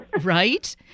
right